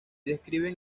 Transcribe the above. describen